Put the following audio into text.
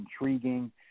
intriguing